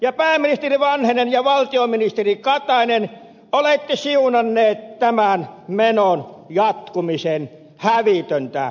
ja te pääministeri vanhanen ja valtiovarainministeri katainen olette siunanneet tämän menon jatkumisen hävytöntä